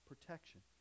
Protection